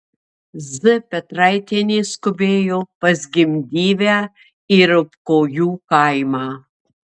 z petraitienė skubėjo pas gimdyvę į ropkojų kaimą